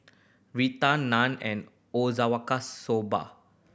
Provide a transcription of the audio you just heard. Raita Naan and Soba